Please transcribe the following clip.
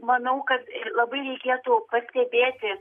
manau kad labai reikėtų pastebėti